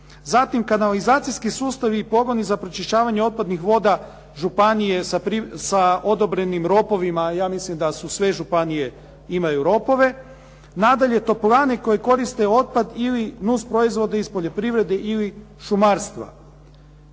Zatim, kanalizacijski sustavi i pogoni za pročišćavanje otpadnih voda županije sa odobrenim rokovima. Ja mislim da sve županije imaju rokove. Nadalje, toplane koje koriste otpad ili nusproizvodi iz poljoprivrede ili šumarstva.